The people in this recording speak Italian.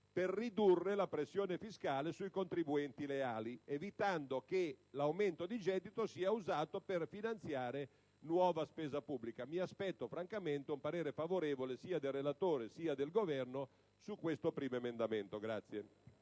per ridurre la pressione fiscale sui contribuenti leali, evitando che l'aumento di gettito sia usato per finanziare nuova spesa pubblica. Mi aspetto francamente un parere favorevole, sia da parte del relatore sia da parte del rappresentante del